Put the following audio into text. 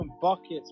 buckets